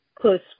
close